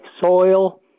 Soil